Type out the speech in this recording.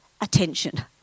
attention